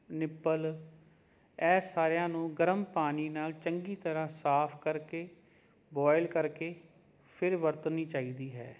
nipple ਐਹ ਸਾਰਿਆਂ ਨੂੰ ਗਰਮ ਪਾਣੀ ਨਾਲ ਚੰਗੀ ਤਰ੍ਹਾਂ ਸਾਫ਼ ਕਰਕੇ ਬੋਆਇਲ ਕਰਕੇ ਫਿਰ ਵਰਤਣੀ ਚਾਹੀਦੀ ਹੈ